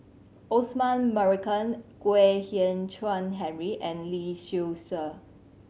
Osman Merican Kwek Hian Chuan Henry and Lee Seow Ser